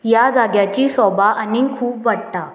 ह्या जाग्याची सोबा आनीक खूब वाडटा